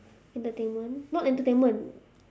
entertainment not entertainment